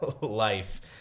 life